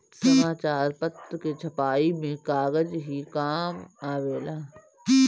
समाचार पत्र के छपाई में कागज ही काम आवेला